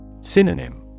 Synonym